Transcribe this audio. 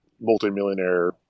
multimillionaire